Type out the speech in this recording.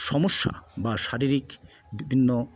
সমস্যা বা শারীরিক বিভিন্ন